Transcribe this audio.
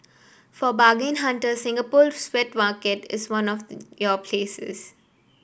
for bargain hunters Singapore wet market is one of your places